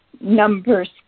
Numbers